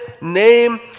name